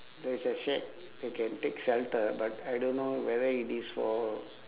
there is a shack they can take shelter but I don't know whether it is for